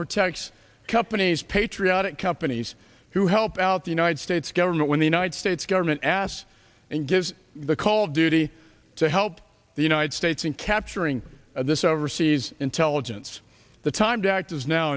protects companies patriotic companies who help out the united states government when the united states government asks and gives the call of duty to help the united states in capturing this overseas intelligence the time to act is now